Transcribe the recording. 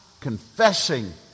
confessing